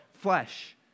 flesh